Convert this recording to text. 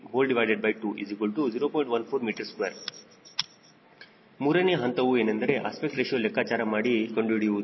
14 m2 ಮೂರನೇ ಹಂತವು ಏನೆಂದರೆ ಅಸ್ಪೆಕ್ಟ್ ರೇಶಿಯೋ ಲೆಕ್ಕಾಚಾರ ಮಾಡಿ ಕಂಡುಹಿಡಿಯುವುದು